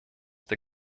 der